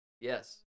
Yes